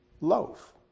loaf